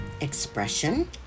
expression